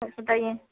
बस बताइए